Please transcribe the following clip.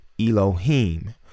Elohim